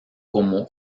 como